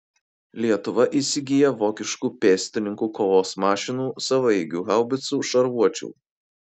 lietuva įsigyja vokiškų pėstininkų kovos mašinų savaeigių haubicų šarvuočių